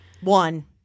One